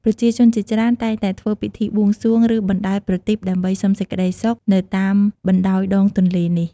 ប្រជាជនជាច្រើនតែងតែធ្វើពិធីបួងសួង ឬបណ្តែតប្រទីបដើម្បីសុំសេចក្តីសុខនៅតាមបណ្តោយដងទន្លេនេះ។